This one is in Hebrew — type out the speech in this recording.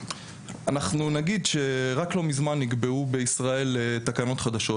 אנחנו נגיד שרק לא מזמן נקבעו בישראל תקנות חדשות